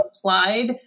applied